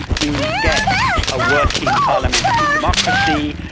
you get a working parliamentary democracy,